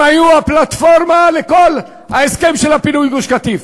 הם היו הפלטפורמה לכל ההסכם של פינוי גוש-קטיף,